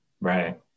right